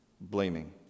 Blaming